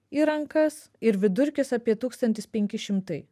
į rankas ir vidurkis apie tūkstantis penki šimtai